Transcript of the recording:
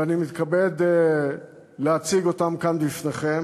ואני מתכבד להציג אותם כאן בפניכם.